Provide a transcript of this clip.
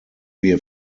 wir